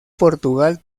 portugal